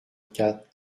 quatre